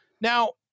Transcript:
Now-